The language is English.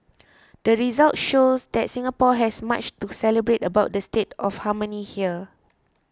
the results show that Singapore has much to celebrate about the state of harmony here